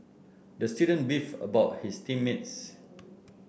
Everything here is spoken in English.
the student beef about his team mates